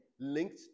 linked